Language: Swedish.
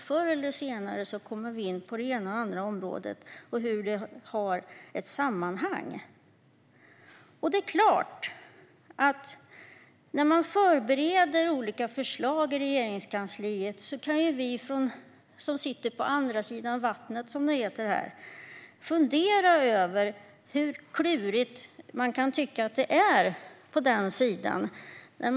Förr eller senare kommer vi in på det ena eller andra området och ser hur det har ett sammanhang. Det är klart att när man förbereder olika förslag i Regeringskansliet kan vi som sitter på den andra sidan vattnet, som det heter här, fundera över hur klurigt vi kan tycka att det är på den andra sidan.